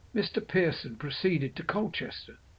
mr. pearson proceeded to colchester,